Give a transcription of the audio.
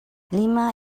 lima